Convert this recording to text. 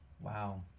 Wow